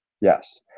Yes